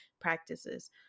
practices